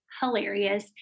hilarious